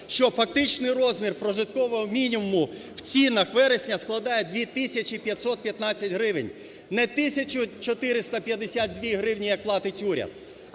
що фактичний розмір прожиткового мінімуму в цінах вересня складає 2 тисячі 515 гривень. Не тисячу 452 гривні, як платить уряд,